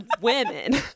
women